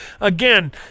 again